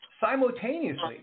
Simultaneously